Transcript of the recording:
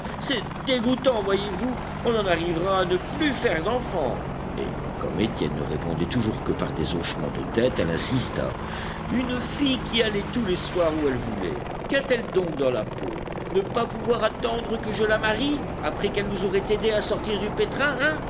c'est dégoûtant voyez-vous on en arrivera à ne plus faire d'enfants et comme étienne ne répondait toujours que par des hochements de tête elle insista une fille qui allait tous les soirs où elle voulait qu'a-t-elle donc dans la peau ne pas pouvoir attendre que je la marie après qu'elle nous aurait aidés à sortir du pétrin hein